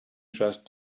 dressed